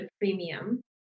premium